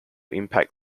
impact